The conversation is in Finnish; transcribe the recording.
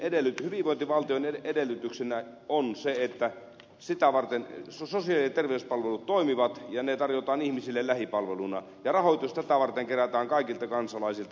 hyvinvointivaltion edellytyksenä on että sosiaali ja terveyspalvelut toimivat ja ne tarjotaan ihmisille lähipalveluna ja rahoitus tätä varten kerätään kaikilta kansalaisilta